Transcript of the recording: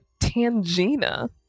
Tangina